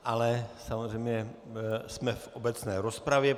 Ale samozřejmě jsme v obecné rozpravě.